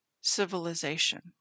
civilization